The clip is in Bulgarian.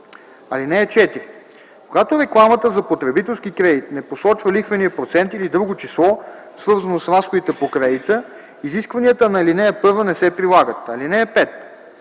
шрифт. (4) Когато рекламата за потребителски кредит не посочва лихвения процент или друго число, свързано с разходите по кредита, изискванията на ал. 1 не се прилагат. (5)